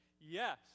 Yes